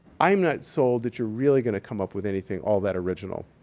i'm not sold that you're really gonna come up with anything all that original.